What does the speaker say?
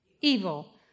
Evil